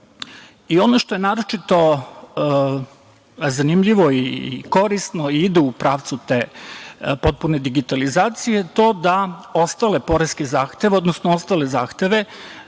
što je naročito zanimljivo i korisno i ide u pravcu te potpune digitalizacije, to je da ostale poreske zahteve, odnosno ostale zahteve